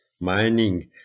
mining